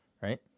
right